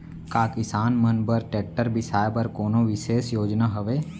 का किसान मन बर ट्रैक्टर बिसाय बर कोनो बिशेष योजना हवे?